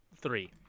three